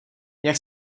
jak